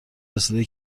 رسیده